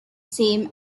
same